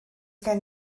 gen